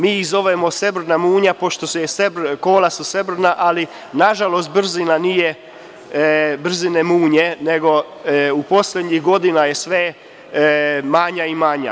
Mi ih zovemo srebrna munja pošto su kola srebrna, ali nažalost brzina nije brzina munje, nego je poslednjih godina sve manja i manja.